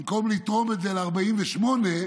במקום לתרום את זה לסיוע 48,